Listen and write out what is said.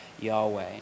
Yahweh